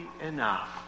enough